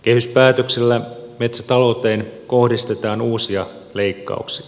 kehyspäätöksellä metsätalouteen kohdistetaan uusia leikkauksia